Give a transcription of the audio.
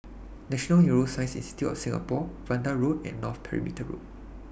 National Neuroscience Institute of Singapore Vanda Road and North Perimeter Road